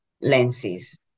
lenses